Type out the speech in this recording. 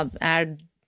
add